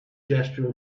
gesture